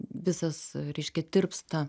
visas reiškia tirpsta